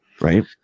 Right